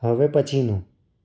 હવે પછીનું